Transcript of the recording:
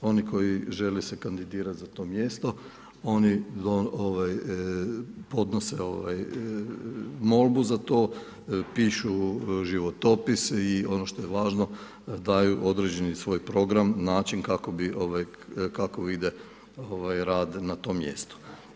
Oni koji žele se kandidirati za to mjesto, oni podnose molbu za to, pišu životopis i ono što je važno, daju određeni svoj program, način kako vide rad na tom mjestu.